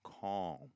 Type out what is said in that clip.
calm